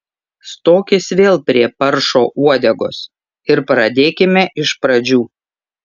stokis vėl prie paršo uodegos ir pradėkime iš pradžių